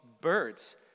birds